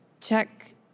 check